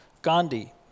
Gandhi